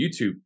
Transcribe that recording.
YouTube